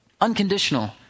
unconditional